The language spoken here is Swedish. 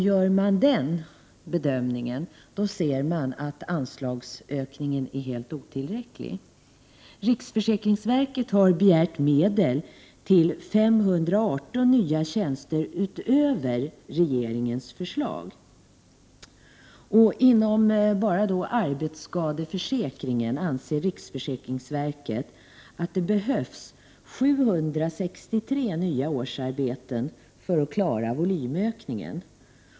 Gör man den bedömningen, då ser man att anslagsökningen är helt otillräcklig. Riksförsäkringsverket har begärt medel till 518 nya tjänster utöver regeringens förslag. Inom enbart arbetsskadeförsäkringen anser riksförsäkringsverket att det behövs 763 nya årsarbeten för att klara volymökningen.